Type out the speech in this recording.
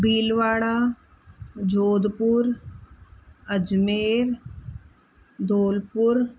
Bhilwara Jodhpur Ajmer Dholpur